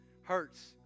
hurts